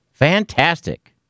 Fantastic